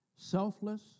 selfless